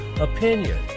opinion